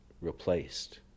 replaced